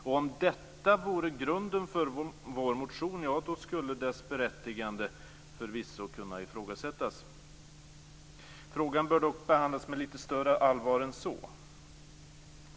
Och om detta vore grunden för vår motion, ja, då skulle dess berättigande förvisso kunna ifrågasättas. Frågan bör dock behandlas med lite större allvar än så.